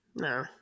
No